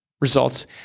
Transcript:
results